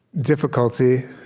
difficulty